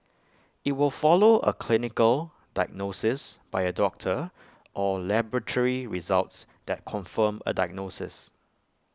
IT will follow A clinical diagnosis by A doctor or laboratory results that confirm A diagnosis